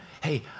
Hey